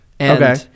Okay